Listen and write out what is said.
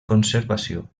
conservació